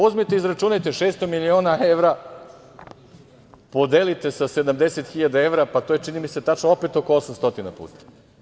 Uzmite izračunajte, 600 miliona evra podelite sa 70 hiljada evra, to je čini mi se tačno opet oko 800 puta.